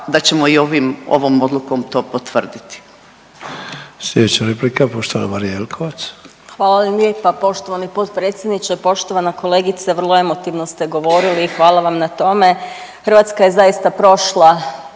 da ćemo i ovom odlukom to potvrditi.